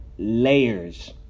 Layers